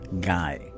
guy